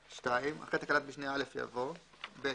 2(ד)" אחרי תקנת משנה (א) יבוא: "(ב)